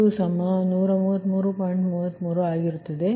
33ಆಗಿರುತ್ತದೆ